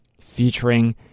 featuring